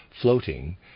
floating